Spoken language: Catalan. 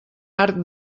arc